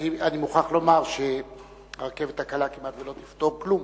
מוכרח לומר שהרכבת הקלה כמעט לא תפתור כלום.